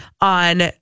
on